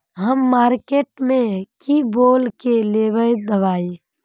हम मार्किट में की बोल के लेबे दवाई?